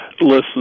Listen